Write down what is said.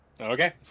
Okay